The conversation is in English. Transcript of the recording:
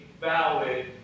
valid